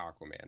Aquaman